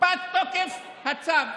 פג תוקף הצו.